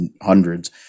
hundreds